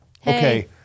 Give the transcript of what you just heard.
Okay